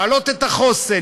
להעלות את החוסן,